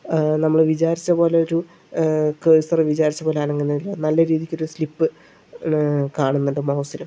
നമ്മള് വിചാരിച്ച പോലൊരു കഴ്സർ വിചാരിച്ച പോലെ അനങ്ങുന്നില്ല നല്ല രീതിക്ക് ഒരു സ്ലിപ്പ് കാണുന്നുണ്ട് മൗസിലും